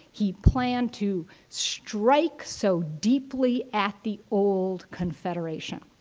he planned to strike so deeply at the old confederation.